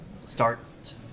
start